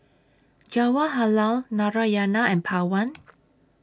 Jawaharlal Narayana and Pawan